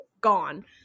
gone